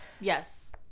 yes